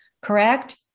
correct